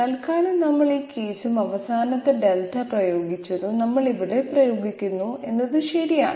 തൽക്കാലം നമ്മൾ ഈ കേസും അവസാനത്തെ δ പ്രയോഗിച്ചതും നമ്മൾ ഇവിടെ പ്രയോഗിക്കുന്നു എന്നത് ശരിയാണ്